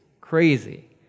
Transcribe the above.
crazy